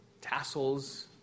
tassels